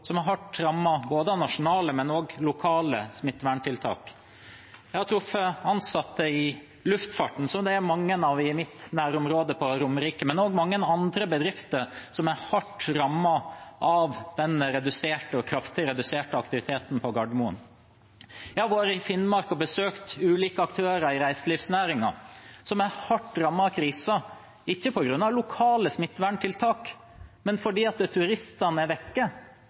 som er hardt rammet av både nasjonale og lokale smitteverntiltak. Jeg har truffet ansatte i luftfarten, som det er mange av i mitt nærområde på Romerike, og også mange andre bedrifter som er hardt rammet av den kraftig reduserte aktiviteten på Gardermoen. Jeg har vært i Finnmark og besøkt ulike aktører i reiselivsnæringen som er hardt rammet av krisen, ikke på grunn av lokale smitteverntiltak, men fordi turistene er vekk. Det er